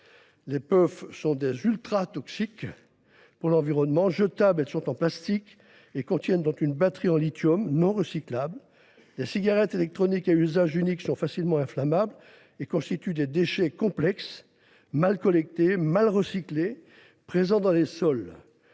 Les puffs sont donc ultratoxiques pour l’environnement. Jetables, elles sont en plastique et contiennent une batterie au lithium non recyclable. Les cigarettes électroniques à usage unique sont facilement inflammables et constituent des déchets complexes, mal collectés, mal recyclés, présents dans les sols,